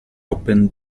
open